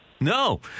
No